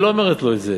היא לא אומרת לו את זה.